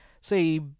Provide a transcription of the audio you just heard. say